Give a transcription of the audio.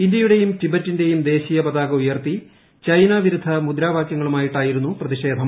ഇന്തൃയുടെയും ടിബറ്റി ന്റെയും ദേശീയ പതാകു ഉയർത്തി ചൈന വിരുദ്ധ മുദ്രാവാകൃ ങ്ങളുമായിട്ടായിരുന്നു പ്പെതിഷേധം